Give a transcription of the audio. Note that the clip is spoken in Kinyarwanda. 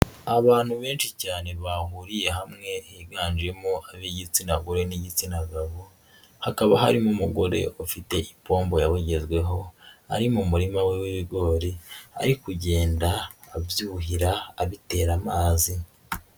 Abantu benshi cyane bahuriye hamwe higanjemo ab'igitsina gore n'igitsina gabo, hakaba harimo umugore ufite ipombo yabugezweho, ari mu murima we w'ibigori ari kugenda abyuhira abitera amazi.